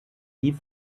wie